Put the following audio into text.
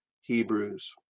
Hebrews